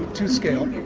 to scale